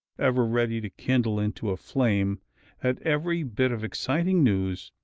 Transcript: ever ready to kindle into a flame at every bit of exciting news,